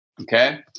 Okay